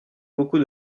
beaucoup